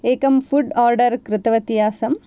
एकं food order कृतवती आसं